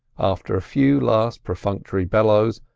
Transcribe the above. after a few last perfunctory bellows,